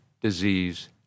disease